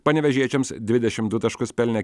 panevėžiečiams dvidešim du taškus pelnė